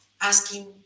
asking